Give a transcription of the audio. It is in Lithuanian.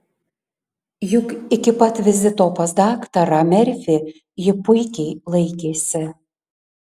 juk iki pat vizito pas daktarą merfį ji puikiai laikėsi